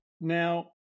Now